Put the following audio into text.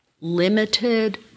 limited